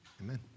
Amen